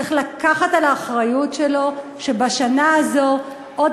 צריך לקחת על האחריות שלו שבשנה הזאת עוד